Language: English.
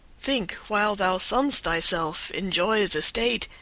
think, while thou sunnest thyself in joy's estate,